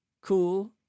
cool